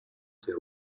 der